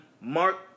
Mark